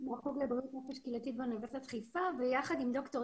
בריאות נפש קהילתית באוניברסיטת חיפה ויחד עם ד"ר